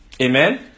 Amen